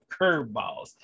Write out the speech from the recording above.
curveballs